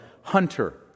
hunter